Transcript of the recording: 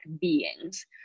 beings